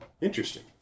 interesting